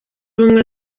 ubumwe